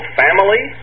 family